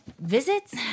visits